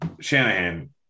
Shanahan